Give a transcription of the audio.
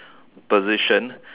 position